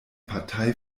partei